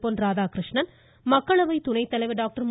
பொன்ராதாகிருஷ்ணன் மக்களவை துணைத்தலைவர் டாக்டர் மு